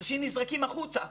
אנשים נזרקים החוצה.